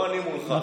לא אני מולך,